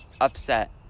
upset